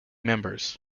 members